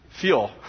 fuel